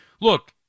Look